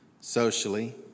socially